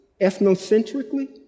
ethnocentrically